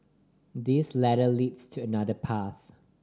this ladder leads to another path